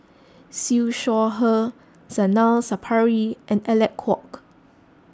Siew Shaw Her Zainal Sapari and Alec Kuok